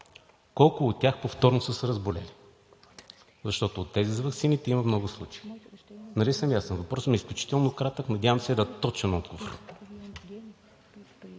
колко от тях повторно са се разболели? Защото от тези с ваксините има много случаи. Нали съм ясен? Въпросът ми е изключително кратък. Надявам се на точен отговор.